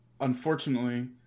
unfortunately